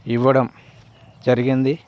ఇవ్వడం జరిగింది